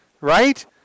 Right